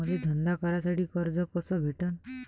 मले धंदा करासाठी कर्ज कस भेटन?